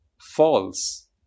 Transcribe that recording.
false